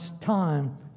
time